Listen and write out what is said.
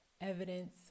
evidence